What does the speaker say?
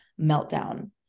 meltdown